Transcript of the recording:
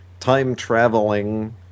time-traveling